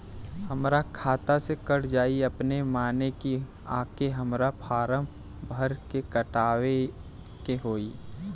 हमरा खाता से कट जायी अपने माने की आके हमरा फारम भर के कटवाए के होई?